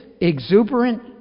exuberant